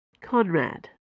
Conrad